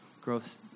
growth